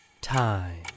Time